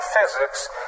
physics